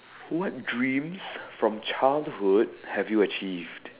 what dreams from childhood have you achieved